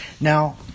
Now